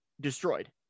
destroyed